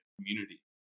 community